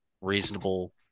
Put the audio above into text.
reasonable